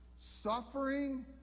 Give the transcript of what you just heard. suffering